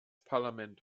parlament